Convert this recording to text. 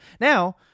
Now